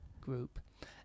group